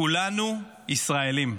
כולנו ישראלים,